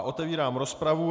Otevírám rozpravu.